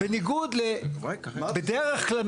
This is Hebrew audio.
בדרך כלל,